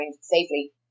safely